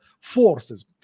forces